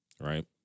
right